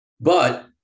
but-